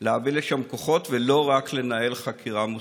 להביא לשם כוחות, ולא רק לנהל חקירה מושכלת?